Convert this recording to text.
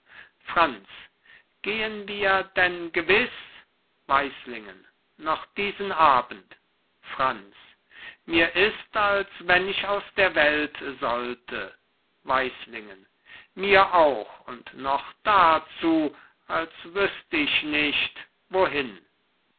franz gehn wir denn gewiß weislingen noch diesen abend franz mir ist als wenn ich aus der welt sollte weislingen mir auch und noch darzu als wüßt ich nicht wohin